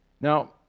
Now